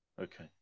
Okay